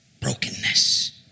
brokenness